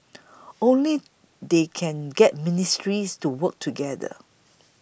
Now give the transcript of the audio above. only they can get ministries to work together